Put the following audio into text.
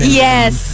yes